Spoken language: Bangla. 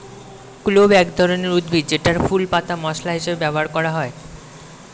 ক্লোভ এক ধরনের উদ্ভিদ যেটার ফুল, পাতা মসলা হিসেবে ব্যবহার করা হয়